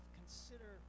consider